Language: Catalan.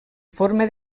forma